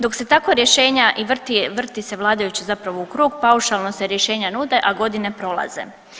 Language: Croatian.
Dok se tako rješenja i vrti se vladajući zapravo u krug, paušalno se rješenja nude, a godine prolaze.